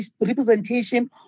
representation